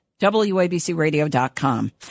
wabcradio.com